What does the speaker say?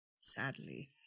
sadly